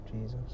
Jesus